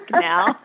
now